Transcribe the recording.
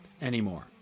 anymore